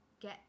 get